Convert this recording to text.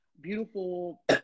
beautiful